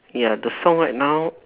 ya the song right now